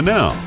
Now